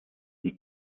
die